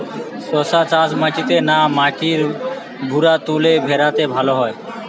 শশা চাষ মাটিতে না মাটির ভুরাতুলে ভেরাতে ভালো হয়?